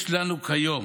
יש לנו כיום